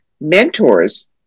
Mentors